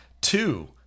Two